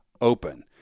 open